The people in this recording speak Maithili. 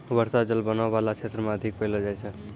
बर्षा जल बनो बाला क्षेत्र म अधिक पैलो जाय छै